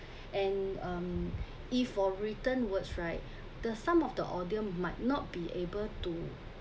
and um if for written words right the some of the audience might not be able to